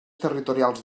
territorials